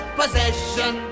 possession